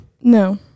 No